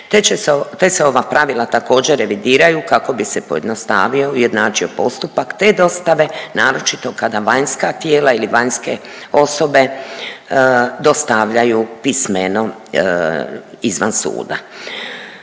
te se ova pravila također revidiraju kako bi se pojednostavio i ujednačio postupak te dostave naročito kada vanjska tijela ili vanjske osobe dostavljaju pismeno izvan suda.